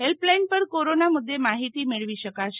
helpline પર corona મુદ્દે માહિતી મેળવી શકાશે